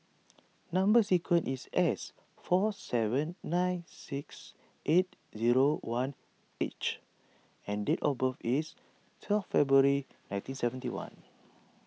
Number Sequence is S four seven nine six eight zero one H and date of birth is twelve February nineteen seventy one